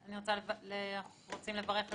אנחנו רוצים לברך על